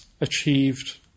achieved